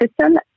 system